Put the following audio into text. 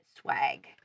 swag